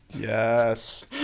Yes